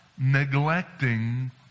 neglecting